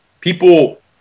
People